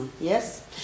Yes